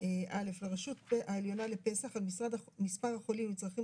- לרשות העליונה לפס"ח על מספר החולים עם צרכים